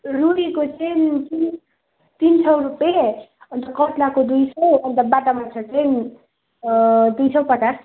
रुईको चाहिँ तिन तिन सय रुपियाँ अन्त कत्लाको दुई सय अन्त बाटा माछा चाहिँ दुई सय पचास